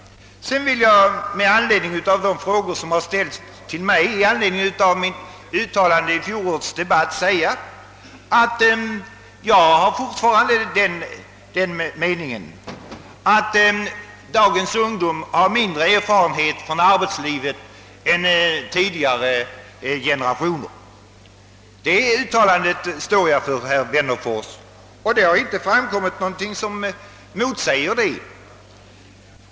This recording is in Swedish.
Vad sedan beträffar de frågor som ställts till mig i anledning av mitt uttalande i fjolårets debatt, vill jag säga att jag fortfarande har den meningen att dagens ungdom har mindre erfarenhet av arbetslivet än tidigare generationers ungdom. Det uttalandet står jag för, herr Wennerfors, och det har inte framkommit någonting som motsäger det.